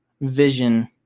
vision